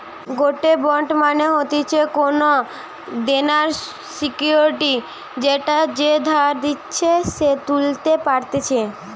গটে বন্ড মানে হতিছে কোনো দেনার সিকুইরিটি যেটা যে ধার নিচ্ছে সে তুলতে পারতেছে